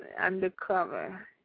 Undercover